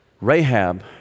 rahab